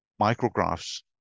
micrographs